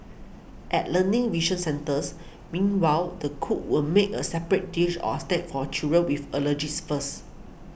at Learning Vision centres meanwhile the cook will make a separate dish or snack for children with allergies first